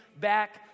back